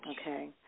Okay